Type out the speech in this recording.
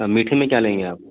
میٹھے میں کیا لیں گے آپ